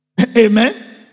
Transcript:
Amen